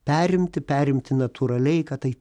perimti perimti natūraliai kad tai